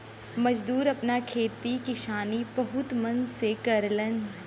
मजदूर आपन खेती किसानी बहुत मन से करलन